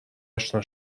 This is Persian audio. اشنا